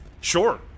Sure